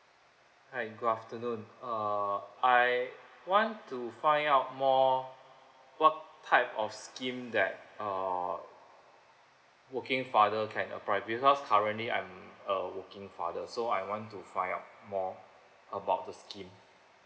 hi good afternoon uh I want to find out more what type of scheme that uh working father can apply because currently I'm a working father so I want to find out more about the scheme